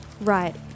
Right